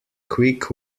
quick